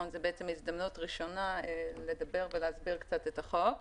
וזו הזדמנות ראשונה לדבר ולהסביר קצת את החוק.